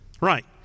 Right